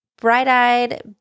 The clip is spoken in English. Bright-eyed